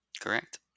Correct